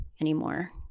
anymore